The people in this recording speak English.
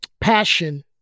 passion